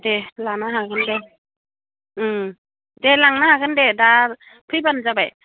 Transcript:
दे लानो हागोन दे दे लांनो हागोन दे दा फैबानो जाबाय